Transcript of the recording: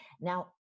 Now